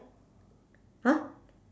!huh!